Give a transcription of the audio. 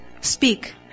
speak